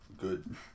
good